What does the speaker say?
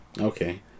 Okay